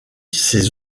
ses